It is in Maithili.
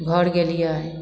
घर गेलिए